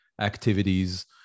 activities